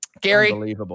Gary